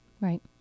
Right